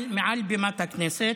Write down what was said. מעל בימת הכנסת,